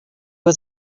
was